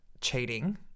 cheating